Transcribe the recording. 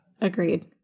Agreed